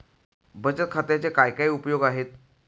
बचत खात्याचे काय काय उपयोग आहेत?